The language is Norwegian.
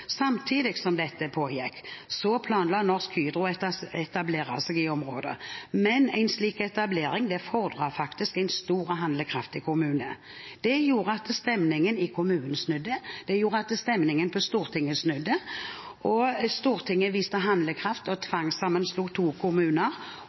Samtidig som dette pågikk, planla Norsk Hydro å etablere seg i området, men en slik etablering fordret faktisk en stor og handlekraftig kommune. Det gjorde at stemningen i kommunen snudde, det gjorde at stemningen på Stortinget snudde, og Stortinget viste handlekraft og